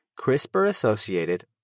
CRISPR-associated